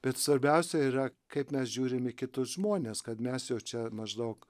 bet svarbiausia yra kaip mes žiūrime į kitus žmones kad mes jau čia maždaug